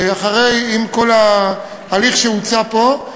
עם כל ההליך שהוצע פה,